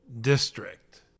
district